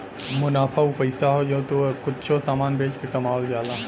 मुनाफा उ पइसा हौ जौन तू कुच्छों समान बेच के कमावल जाला